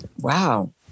wow